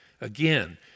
Again